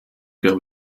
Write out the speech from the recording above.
gab